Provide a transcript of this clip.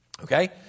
Okay